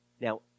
Now